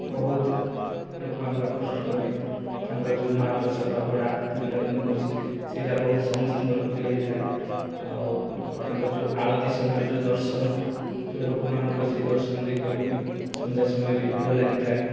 ବହୁତ ଲୋକମାନଙ୍କୁ ଆକୃଷ୍ଟ କରେ ତାଙ୍କର ଯେଉଁ ମହାପ୍ରସାଦ ଅଭଡ଼ା ଯେଉଁଟାକୁ ଆମେ କହୁଚେ ସେହିଟା ବହୁତ ସମସ୍ତଙ୍କର ପ୍ରିୟ ହୋଇଥାଏ ଆଉ ତାଙ୍କର ଯେଉଁ ଆଳତୀ ସମୟରେ ଯେଉଁ ଦର୍ଶନ ଯେଉଁ ଲୋକମାନଙ୍କର ସେହି ଦର୍ଶନ ଦେଖିବାକୁ ବି ସନ୍ଧ୍ୟା ସମୟରେ ଭିଡ଼ ଲାଗିଥାଏ